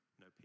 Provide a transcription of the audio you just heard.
no